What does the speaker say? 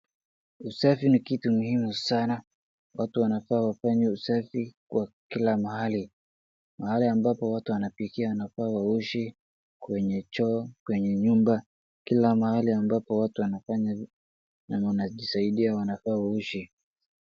Usafi ni kitu muhimu sana, watu wanafaa wafanye usafi kwa kila mahali, mahali ambapo wanapikia wanafaa waoshe, kwenye choo kwenye nyumba, kila mahali ambapo watu wanafanya na mnajisaidia wanafaa waoshe.